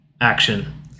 Action